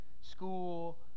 school